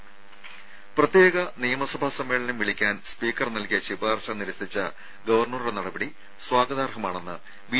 രംഭ പ്രത്യേക നിയമസഭാ സമ്മേളനം വിളിക്കാൻ സ്പീക്കർ നൽകിയ ശുപാർശ നിരസിച്ച ഗവർണറുടെ നടപടി സ്വാഗതാർഹമാണെന്ന് ബി